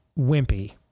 wimpy